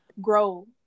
grow